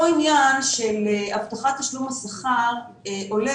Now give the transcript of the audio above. אותו עניין של הבטחת תשלום השכר עולה